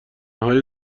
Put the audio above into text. های